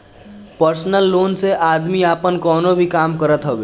personal loan से आदमी आपन कवनो भी काम करत हवे